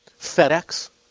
FedEx